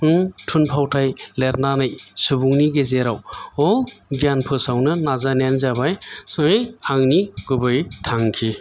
थुनफावथाय लिरनानै सुबुंनि गेजेराव गियान फोसावनो नाजानायानो जाबाय ज'यै आंनि गुबै थांखि